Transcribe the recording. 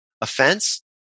offense